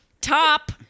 Top